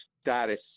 status